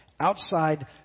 outside